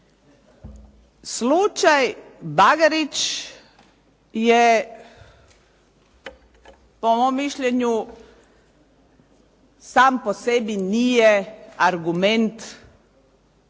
Slučaj Bagarić je po mom mišljenju sam po sebi nije argument, dakle